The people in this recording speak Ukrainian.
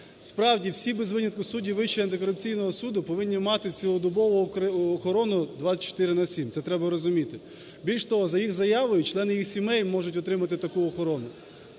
Справді, всі без винятку судді Вищого антикорупційного суду повинні мати цілодобову охорону 24 на 7, це треба розуміти. Більш того, за їх заявою члени їх сімей можуть отримати таку охорону,